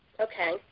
Okay